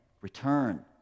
Return